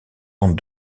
tente